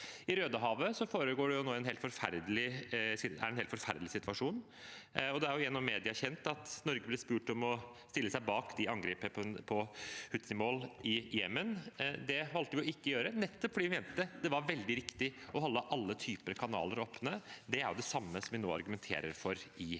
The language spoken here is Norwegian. I Rødehavet er det nå en helt forferdelig situasjon. Det er kjent gjennom media at Norge ble spurt om å stille seg bak angrepet på Houthi-mål i Jemen. Det valgte vi ikke å gjøre, nettopp fordi vi mente det var veldig riktig å holde alle typer kanaler åpne. Det er det samme vi nå argumenterer for i